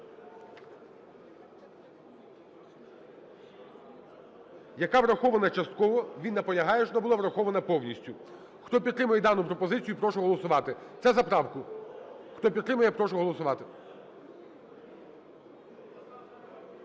яка врахована частково. Він наполягає, щоб була врахована повністю. Хто підтримує дану пропозицію, прошу голосувати. Це за правку. Хто підтримує, прошу голосувати.